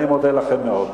אני מודה לכם מאוד.